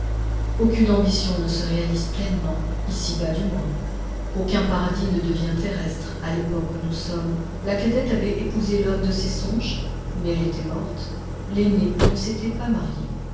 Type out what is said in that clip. aucune ambition ne se réalise pleinement ici-bas du moins aucun paradis ne devient terrestre à l'époque où nous sommes la cadette avait épousé l'homme de ses songes mais elle était morte l'aînée ne s'était pas mariée